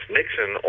Nixon